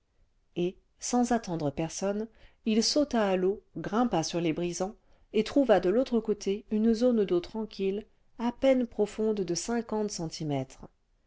et sans attendre personne il sauta à l'eau grimpa sur les brisants et trouva de l'autre côté une zone d'eau tranquille à peine profonde de cinquante centimètres